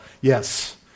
Yes